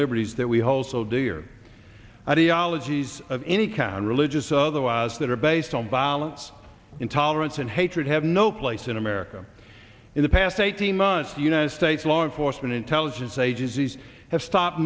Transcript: liberties that we hold so dear ideologies of any count religious or otherwise that are based on violence intolerance and hatred have no place in america in the past eighteen months the united states law enforcement intelligence agencies have stopped